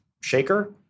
Shaker